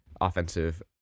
offensive